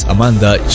Amanda